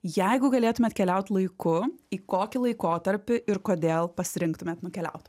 jeigu galėtumėt keliaut laiku į kokį laikotarpį ir kodėl pasirinktumėt nukeliaut